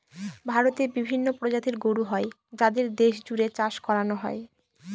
ভারতে বিভিন্ন প্রজাতির গরু হয় যাদের দেশ জুড়ে চাষ করানো হয়